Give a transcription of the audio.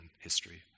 history